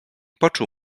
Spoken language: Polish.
poczuł